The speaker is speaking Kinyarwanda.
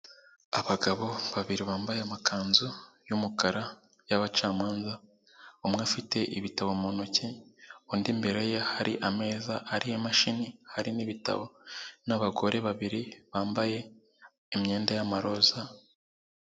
Imodoka yo mu bwoko bwa dayihatsu yifashishwa mu gutwara imizigo ifite ibara ry'ubururu ndetse n'igisanduku cy'ibyuma iparitse iruhande rw'umuhanda, aho itegereje gushyirwamo imizigo. Izi modoka zikaba zifashishwa mu kworoshya serivisi z'ubwikorezi hirya no hino mu gihugu. Aho zifashishwa mu kugeza ibintu mu bice bitandukanye by'igihugu.